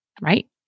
right